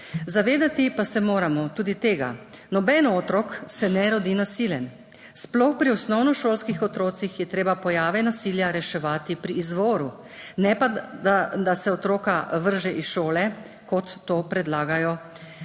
Zavedati pa se moramo tudi tega – noben otrok se ne rodi nasilen. Sploh pri osnovnošolskih otrocih je treba pojave nasilja reševati pri izvoru, ne pa da se otroka vrže iz šole, kot to predlagajo v